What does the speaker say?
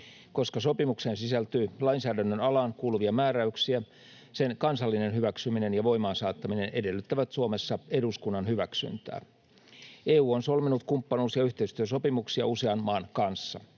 Koska sopimukseen sisältyy lainsäädännön alaan kuuluvia määräyksiä, sen kansallinen hyväksyminen ja voimaansaattaminen edellyttävät Suomessa eduskunnan hyväksyntää. EU on solminut kumppanuus- ja yhteistyösopimuksia usean maan kanssa.